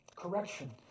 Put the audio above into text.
correction